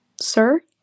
Sir